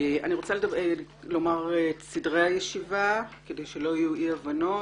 אני רוצה לומר את סדרי הישיבה כדי של תהיינה אי-הבנות.